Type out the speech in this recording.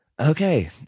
Okay